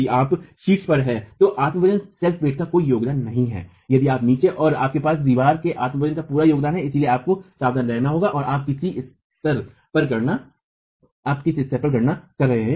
यदि आप शीर्ष पर हैं तो आत्म वजन का कोई योगदान नहीं है यदि आप नीचे हैं तो आपके पास दीवार के आत्म वजन का पूरा योगदान है इसलिए आपको सावधान रहना होगा और आप किस सतह पर गणना कर रहे हैं